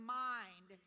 mind